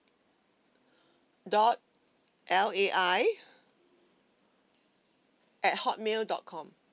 dot L A I at hotmail dot com